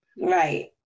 Right